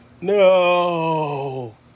No